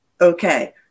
okay